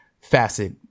facet